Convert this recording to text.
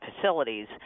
facilities